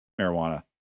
marijuana